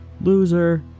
Loser